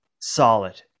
solid